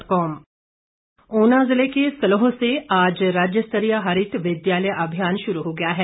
हरित विद्यालय ऊना जिले के सलोह से आज राज्य स्तरीय हरित विद्यालय अभियान शुरू हो गया है